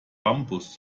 bambus